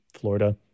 Florida